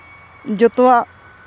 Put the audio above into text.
ᱡᱚᱛᱚᱣᱟᱜ